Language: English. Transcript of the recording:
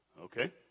Okay